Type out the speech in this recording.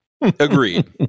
Agreed